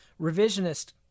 revisionist